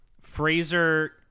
Fraser